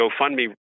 GoFundMe